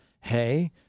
Hey